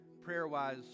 prayer-wise